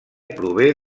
prové